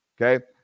okay